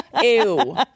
ew